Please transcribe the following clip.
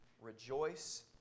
Rejoice